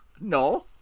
No